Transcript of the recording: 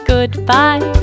Goodbye